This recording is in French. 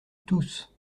tous